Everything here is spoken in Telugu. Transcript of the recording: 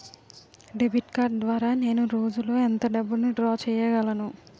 డెబిట్ కార్డ్ ద్వారా నేను రోజు లో ఎంత డబ్బును డ్రా చేయగలను?